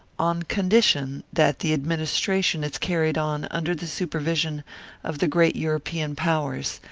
on condition that the administration is carried on under the supervision of the great european powers,